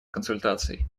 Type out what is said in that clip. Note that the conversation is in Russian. консультаций